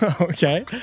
Okay